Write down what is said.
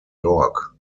york